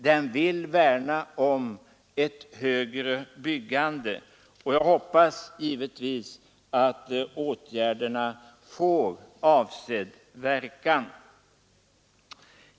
Den vill värna om ett högre byggande. Jag hoppas givetvis att åtgärderna får avsedd verkan.